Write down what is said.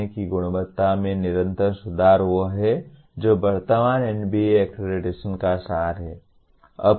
सीखने की गुणवत्ता में निरंतर सुधार वह है जो वर्तमान NBA अक्रेडिटेशन का सार है